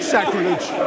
Sacrilege